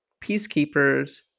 Peacekeepers